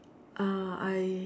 uh I